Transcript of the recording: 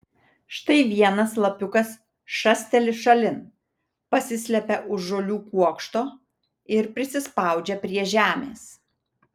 štai vienas lapiukas šasteli šalin pasislepia už žolių kuokšto ir prisispaudžia prie žemės